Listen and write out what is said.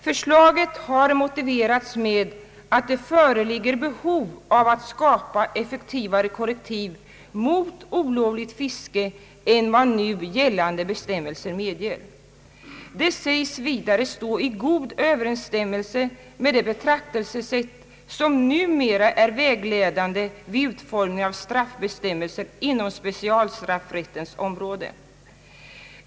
Förslaget har motiverats med att det föreligger behov av att skapa effektivare korrektiv mot olovligt fiske än vad nu gällande bestämmelser medger. Det sägs vidare stå i god överensstämmelse med det betraktelsesätt som numera är vägledande vid utformningen av straffbestämmelser inom <:specialstraffrättens område.